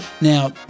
Now